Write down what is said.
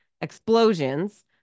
explosions